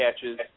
catches